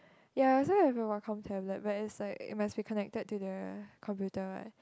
ya recently I've been want com tablet but it's like it must be connected to the computer what